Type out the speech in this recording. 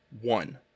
One